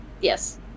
Yes